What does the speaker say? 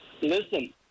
Listen